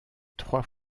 trois